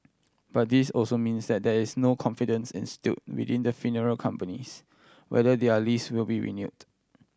but this also means that there is no confidence instilled within the funeral companies whether their lease will be renewed